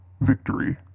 Victory